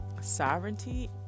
sovereignty